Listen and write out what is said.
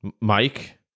Mike